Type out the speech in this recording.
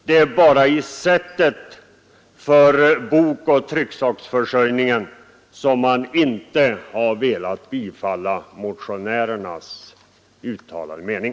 Det är bara i fråga om sättet för bokoch trycksaksförsörjningen som utskottet inte velat instämma i motionärernas uttalade mening.